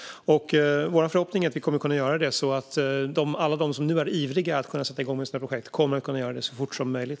Vår förhoppning är att vi kommer att kunna göra det så att alla de som nu är ivriga att sätta igång med sina projekt kan göra det så fort som möjligt.